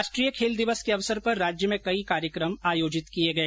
राष्ट्रीय खेल दिवस के अवसर पर राज्य में कई कार्यक्रम आयोजित किए गए